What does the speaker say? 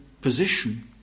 position